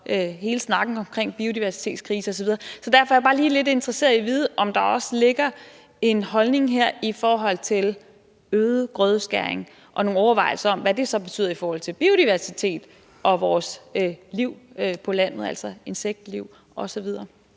– hele snakken omkring biodiversitetskrise osv. Så derfor er jeg bare lige lidt interesseret i at vide, om der også ligger en holdning her i forhold til øget grødeskæring og nogle overvejelser om, hvad det så betyder i forhold til biodiversitet og vores liv på landet, altså insektliv osv.